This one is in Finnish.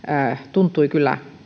tuntui kyllä